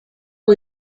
are